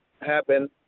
happen